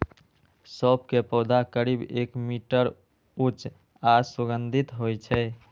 सौंफ के पौधा करीब एक मीटर ऊंच आ सुगंधित होइ छै